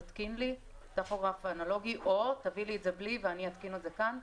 תתקין לי טכוגרף אנלוגי או תביא לי את זה בלי ואני אתקין את זה כאן.